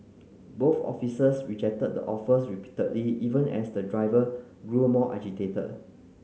both officers rejected the offers repeatedly even as the driver grew more agitated